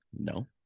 No